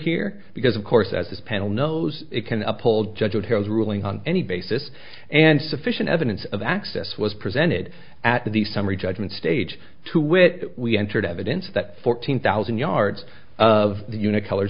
here because of course as this panel knows it can uphold judge what hiro's ruling on any basis and sufficient evidence of access was presented at the summary judgment stage to which we entered evidence that fourteen thousand yards of the unit colors